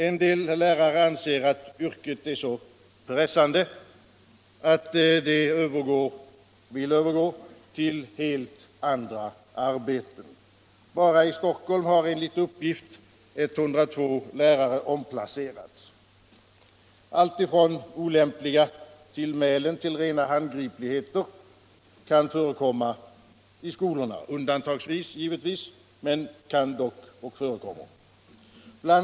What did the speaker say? En del lärare anser att yrket är så pressande att de vill övergå till helt andra arbeten. Bara i Stockholm har enligt uppgift 102 lärare omplacerats. Allt ifrån olämpliga tillmälen till rena handgripligheter kan förekomma i skolorna — undantagsvis självfallet. Bl.